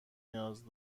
نیاز